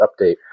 update